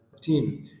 team